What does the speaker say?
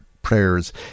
prayers